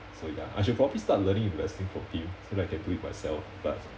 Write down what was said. so ya I should probably start learning investing from him so that I can do it myself but